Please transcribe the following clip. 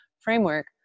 framework